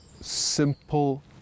simple